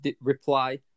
reply